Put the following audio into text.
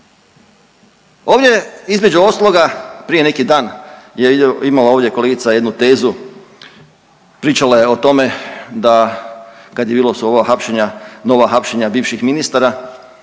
Ovdje između ostaloga prije neki dan je imala ovdje kolegica jednu tezu, pričala je o tome da kad su bila ova hapšenja, nova hapšenja bivših ministara